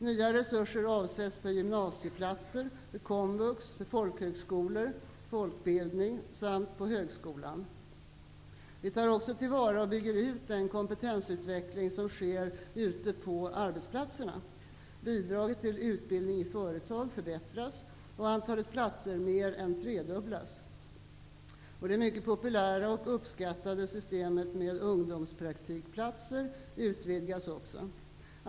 Nya resurser avsätts för gymnasieplatser, komvux, folkhögskolor och folkbildning samt för högskolan. Vi tar också till vara och bygger ut den kompetensutveckling som sker ute på arbetsplatserna. Bidraget till utbildning i företag förbättras och antalet platser mer än tredubblas. Det mycket populära och uppskattade systemet med ungdomspraktikplatser utvidgas också.